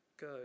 go